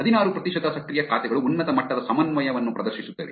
ಹದಿನಾರು ಪ್ರತಿಶತ ಸಕ್ರಿಯ ಖಾತೆಗಳು ಉನ್ನತ ಮಟ್ಟದ ಸಮನ್ವಯವನ್ನು ಪ್ರದರ್ಶಿಸುತ್ತವೆ